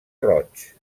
roig